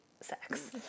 sex